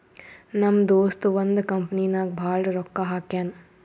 ನಮ್ ದೋಸ್ತ ಒಂದ್ ಕಂಪನಿ ನಾಗ್ ಭಾಳ್ ರೊಕ್ಕಾ ಹಾಕ್ಯಾನ್